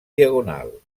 diagonal